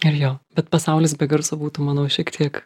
ir jo bet pasaulis be garso būtų manau šiek tiek